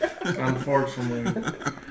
unfortunately